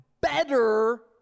better